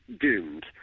doomed